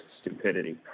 stupidity